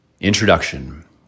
Introduction